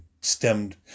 stemmed